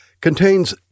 contains